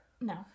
No